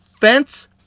fence